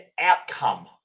outcome